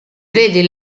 vedi